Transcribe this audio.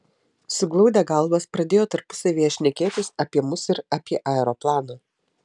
suglaudę galvas pradėjo tarpusavyje šnekėtis apie mus ir apie aeroplaną